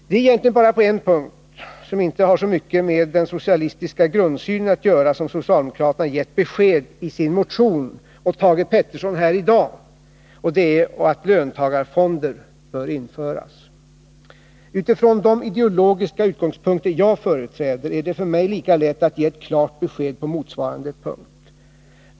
Det är egentligen bara på en punkt, som inte har så mycket med den socialistiska grundsynen att göra, som socialdemokraterna gett besked i sin motion och som Thage Peterson här i dag har gett besked, och det är att ”löntagarfonder” bör införas. Utifrån de ideologiska utgångspunkter jag företräder är det för mig lika lätt att ge ett klart besked på motsvarande punkt.